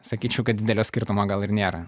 sakyčiau kad didelio skirtumo gal ir nėra